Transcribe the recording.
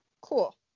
Cool